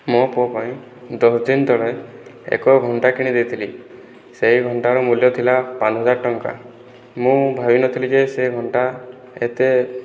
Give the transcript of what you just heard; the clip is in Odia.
ମୋ ପୁଅ ପାଇଁ ଦଶଦିନ ତଳେ ଏକ ଘଣ୍ଟା କିଣିଦେଇଥିଲି ସେଇ ଘଣ୍ଟାର ମୂଲ୍ୟ ଥିଲା ପାଞ୍ଚହଜାର ଟଙ୍କା ମୁଁ ଭାବିନଥିଲି ଯେ ସେ ଘଣ୍ଟା ଏତେ